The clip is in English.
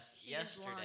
yesterday